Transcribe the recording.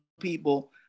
people